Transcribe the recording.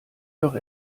doch